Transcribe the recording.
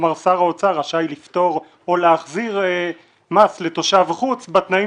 כלומר שר האוצר רשאי לפטור או להחזיר מס לתושב חוץ בתנאים